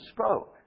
spoke